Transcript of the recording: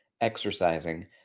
exercising